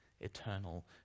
eternal